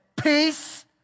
peace